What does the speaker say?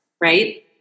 right